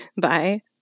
Bye